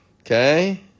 okay